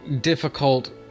difficult